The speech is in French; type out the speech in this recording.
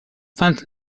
vingt